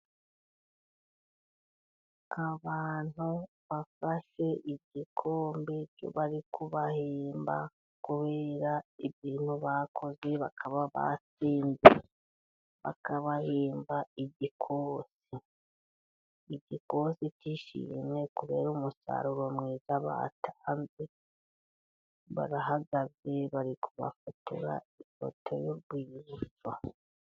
Abantu bafashe igikombe, cyo bari kubahemba kubera ibintu bakoze bakaba batinze, bakabahemba igikosi, igikosi cy' ishimwe kubera umusaruro mwiza batanze barahagaze, bari kubafotora ifoto y'urwibutso.